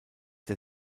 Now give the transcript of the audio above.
der